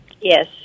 Yes